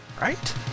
Right